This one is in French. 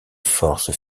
forces